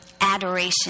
adoration